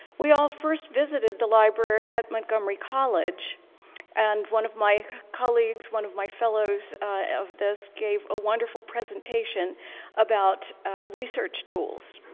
we all first visited the library at montgomery college and one of my colleagues, one of fellows of this gave a wonderful presentation about research tools.